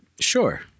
Sure